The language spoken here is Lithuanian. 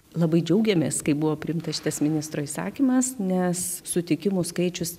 labai džiaugiamės kai buvo priimtas tas ministro įsakymas nes sutikimų skaičius